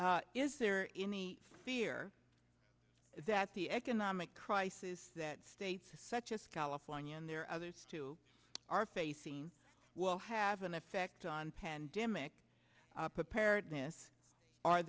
is there in the fear that the economic crisis that states such as california and there are others too are facing will have an effect on pandemic preparedness are